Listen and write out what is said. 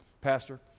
pastor